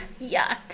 yuck